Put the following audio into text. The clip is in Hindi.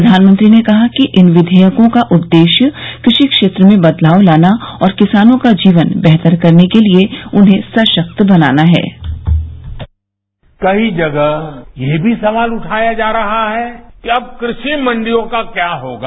प्रधानमंत्री ने कहा कि इन विधेयकों का उद्देश्य कृषि क्षेत्र में बदलाव लाना और किसानों का जीवन बेहतर करने के लिए उन्हें सशक्त बनाना है कई जगह ये भी सवाल उगया जा रहा है कि अब कृषि मंडियों का क्या होगा